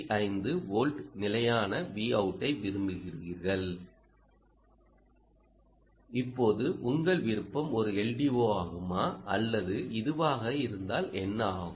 5 volt நிலையான Vout ஐ விரும்புகிறீர்கள் இப்போது உங்கள் விருப்பம் ஒரு LDO ஆகுமா அல்லது இதுவாக இருந்தால் என்ன ஆகும்